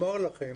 אומר לכם